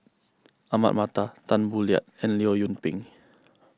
Ahmad Mattar Tan Boo Liat and Leong Yoon Pin